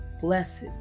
Blessed